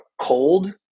cold